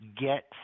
get